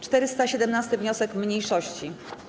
417. wniosek mniejszości.